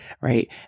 right